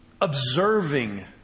observing